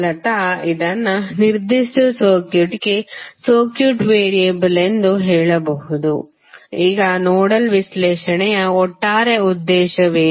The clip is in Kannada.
ಮೂಲತಃ ಇದನ್ನು ಈ ನಿರ್ದಿಷ್ಟ ಸರ್ಕ್ಯೂಟ್ಗೆ ಸರ್ಕ್ಯೂಟ್ ವೇರಿಯೇಬಲ್ ಎಂದು ಹೇಳಬಹುದು ಈಗ ನೋಡಲ್ ವಿಶ್ಲೇಷಣೆಯ ಒಟ್ಟಾರೆ ಉದ್ದೇಶವೇನು